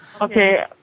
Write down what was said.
Okay